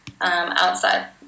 outside